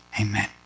Amen